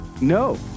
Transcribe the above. No